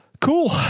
cool